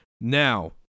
now